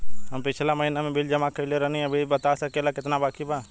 हम पिछला महीना में बिल जमा कइले रनि अभी बता सकेला केतना बाकि बा?